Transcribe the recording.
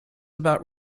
about